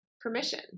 permission